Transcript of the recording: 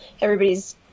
Everybody's